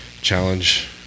challenge